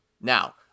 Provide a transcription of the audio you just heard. Now